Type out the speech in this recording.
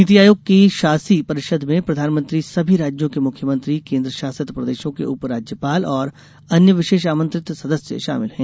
नीति आयोग की शासी परिषद् में प्रधानमंत्री सभी राज्यों के मुख्यामंत्री केन्द्र शासित प्रदेशों के उप राज्य्याल और अन्य विशेष आमंत्रित सदस्य शामिल हैं